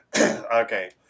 Okay